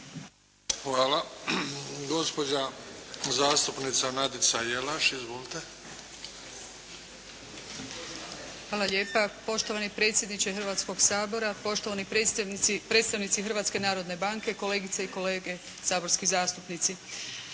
Hvala. Gospođa zastupnica Nadica Jelaš. Izvolite! **Jelaš, Nadica (SDP)** Hvala lijepa poštovani predsjedniče Hrvatskog sabora, poštovani predstavnici Hrvatske narodne banke, kolegice i kolege saborski zastupnici.